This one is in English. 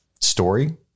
story